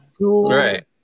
Right